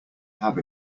have